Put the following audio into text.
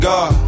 God